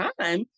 time